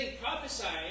prophesying